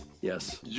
Yes